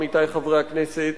עמיתי חברי הכנסת,